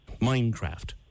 Minecraft